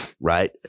Right